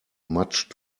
much